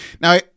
Now